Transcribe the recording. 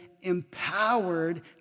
empowered